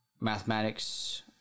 Mathematics